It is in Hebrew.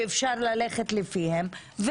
שאפשר ללכת לפיהם,